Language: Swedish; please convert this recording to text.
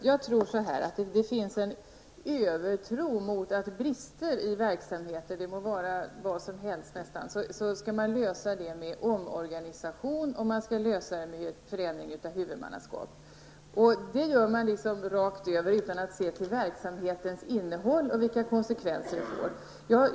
Herr talman! Jag upplever att det finns en övertro på att brister i verksamheten, det må vara nästan vad som helst, skall lösas med omorganisation och med förändring av huvudmannaskap. Detta gör man liksom rakt över hela linjen, utan att se till verksamhetens innehåll och vilka konsekvenser det får.